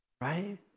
Right